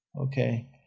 okay